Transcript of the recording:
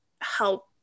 help